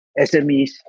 SMEs